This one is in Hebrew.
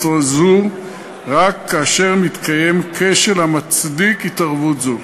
זו רק כאשר מתקיים כשל המצדיק התערבות זו.